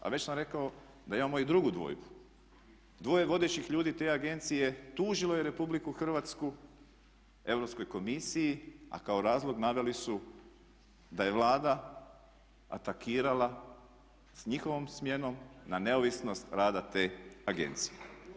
A već sam rekao da imamo i drugu dvojbu, dvoje vodećih ljudi te agencije tužilo je Republiku Hrvatsku Europskoj komisiji, a kao razlog naveli su da je Vlada atakirala s njihovom smjenom na neovisnost rada te agencije.